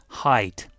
height